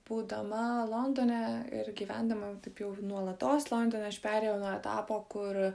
būdama londone ir gyvendama taip jau nuolatos londone aš perėjau nuo etapo kur